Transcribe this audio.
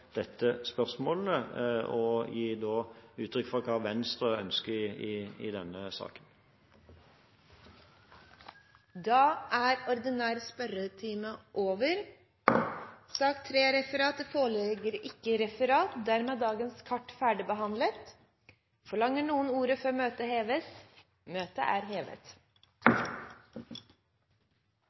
dette spørsmålet, og da gi uttrykk for hva Venstre ønsker i denne saken. Dette spørsmålet er utsatt til neste spørretime. Dermed er sak nr. 2 ferdigbehandlet. Det foreligger ikke noe referat. Forlanger noen ordet før møtet heves? – Møtet er hevet.